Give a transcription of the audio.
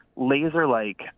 laser-like